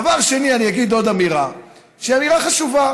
דבר שני, אני אגיד עוד אמירה שהיא אמירה חשובה: